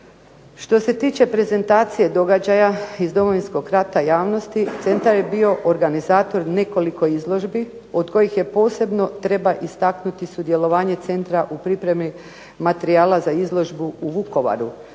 Što se tiče prezentacije događaja iz Domovinskog rata javnosti centar je bio organizator nekoliko izložbi od kojih posebno treba istaknuti sudjelovanje centra u pripremi materijala za izložbu u Vukovaru